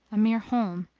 a mere holm,